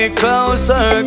closer